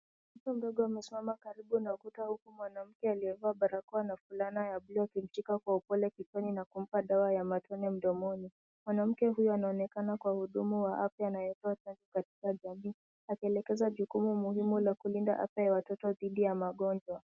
Mtoto mdogo amesimama karibu na ukuta huku mwanamke aliyevaa barakoa na fulana ya blue , akimshika kwa upole na kumpa dawa ya matone mdomoni. Mwanamke huyo anaonekana kuwa mhudumu wa afya anayefanya kazi katika jamii, akitekeleza jukumu muhimu la kulinda afya wa watoto dhidi ya magonjwa.